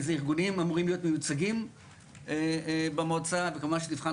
איזה ארגונים אמורים להיות מיוצגים במועצה ולבחון